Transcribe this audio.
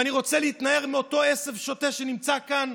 ואני רוצה להתנער מאותו עשב שוטה שנמצא כאן,